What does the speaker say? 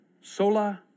Sola